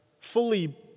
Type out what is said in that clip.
fully